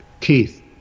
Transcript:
Keith